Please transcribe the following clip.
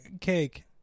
cake